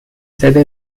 sede